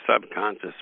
subconscious